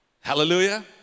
Hallelujah